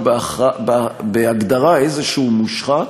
הוא בהגדרה איזה מושחת